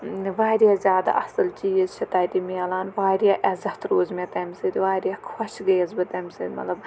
واریاہ زیادٕ اَصٕل چیٖز چھِ تَتہِ ملان واریاہ عزت روٗز مےٚ تَمہِ سۭتۍ واریاہ خۄش گٔیَس بہٕ تَمہِ سۭتۍ مطلب